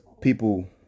people